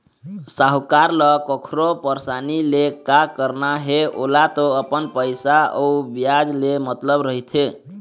साहूकार ल कखरो परसानी ले का करना हे ओला तो अपन पइसा अउ बियाज ले मतलब रहिथे